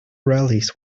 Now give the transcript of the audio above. rallies